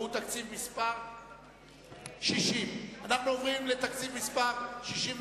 והוא סעיף 60. אנחנו עוברים לסעיף תקציבי